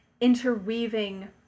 interweaving